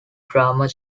drummer